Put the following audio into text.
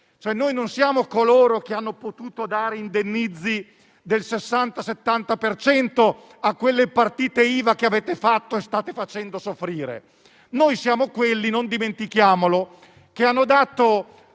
Non siamo coloro che hanno potuto dare indennizzi del 60-70 per cento a quelle partite IVA che avete fatto e state facendo soffrire. Noi siamo quelli - non dimentichiamolo - che hanno dato